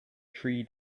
three